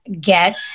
get